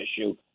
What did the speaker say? issue